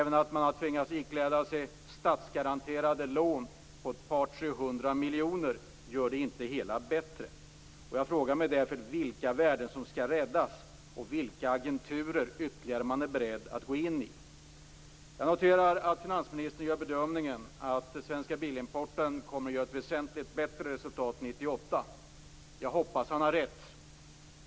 Att man dessutom tvingats ikläda sig statsgaranterade lån på ett par tre hundra miljoner gör inte det hela bättre. Jag frågar mig därför vilka värden som skall räddas och vilka ytterligare agenturer man är beredd att gå in i. Jag noterar att finansministern gör bedömningen att Svenska Bilimporten kommer att göra ett väsentligt bättre resultat 1998. Jag hoppas att han har rätt.